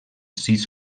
sis